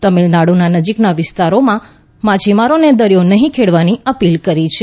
તામિલનાડુ નજીકના વિસ્તારોમાં માછીમારોને દરિયો નહિં ખેડવાની અપીલ કરી છે